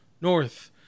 North